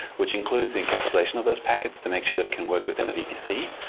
which includes encapsulation of those packets to make sure that it can work within a vpc,